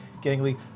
gangly